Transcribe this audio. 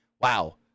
Wow